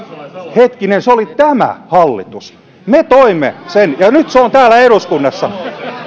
hetkinen se oli tämä hallitus me toimme sen ja nyt se on täällä eduskunnassa